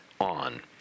on